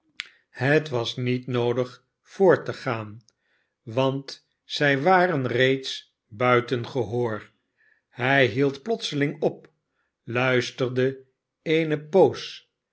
het was niet noodig voort te gaan want zij waren reeds buiten gehoor hij hield plotseling op luisterde eene poos